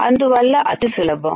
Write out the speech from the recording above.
అందువల్ల అతి సులభం